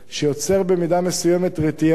שיוצר במידה מסוימת רתיעה,